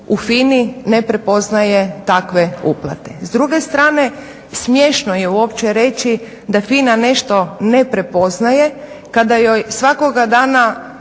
u FINA-i ne prepoznaje takve uplate. S druge strane, smiješno je uopće reći da FINA nešto ne prepoznaje kada joj svakoga dana